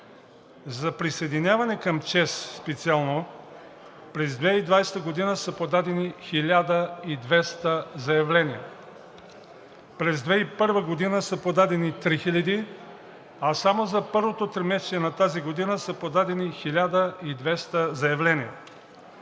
За присъединяване към ЧЕЗ специално през 2020 г. са подадени 1200 заявления. През 2001 г. са подадени 3000, а само за първото тримесечие на тази година са подадени 1200 заявления.